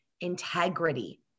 integrity